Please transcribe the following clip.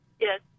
Yes